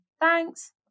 Thanks